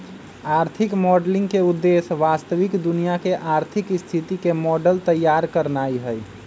आर्थिक मॉडलिंग के उद्देश्य वास्तविक दुनिया के आर्थिक स्थिति के मॉडल तइयार करनाइ हइ